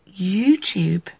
YouTube